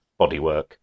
bodywork